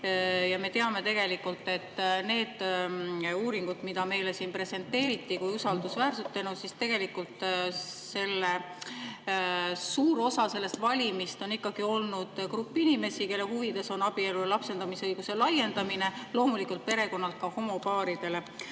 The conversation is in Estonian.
Me teame, et need uuringud, mida meile siin presenteeriti usaldusväärsetena – tegelikult suur osa sellest valimist on olnud grupp inimesi, kelle huvides on abielu ja lapsendamisõiguse laiendamine loomulikult perekonnalt ka homopaaridele.